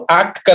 act